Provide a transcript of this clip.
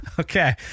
Okay